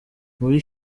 muri